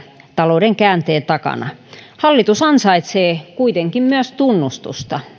talouden käänteen takana myös hallitus ansaitsee kuitenkin tunnustusta